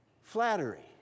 Flattery